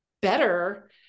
better